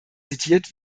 zitiert